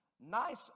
nice